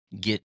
get